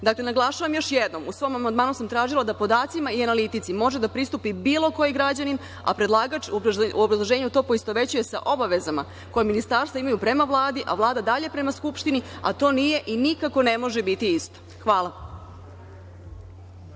imena. Dakle, naglašavam još jednom, u svom amandmanu sam tražila da podacima i analitici može da pristupi bilo koji građanin, a predlagač u obrazloženju to poistovećuje sa obavezama koje ministarstva imaju prema Vladi, a Vlada dalje prema Skupštini, a to nije i nikako ne može biti isto. Hvala.